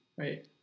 Right